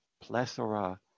plethora